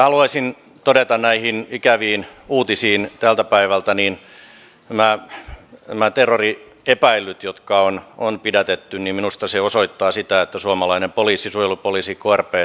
haluaisin todeta liittyen näihin ikäviin uutisiin tältä päivältä että se että nämä terroriepäillyt on pidätetty minusta osoittaa sitä että suomalainen poliisi suojelupoliisi krp toimii